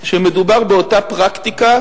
כשמדובר באותה פרקטיקה